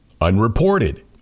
unreported